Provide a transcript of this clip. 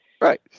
Right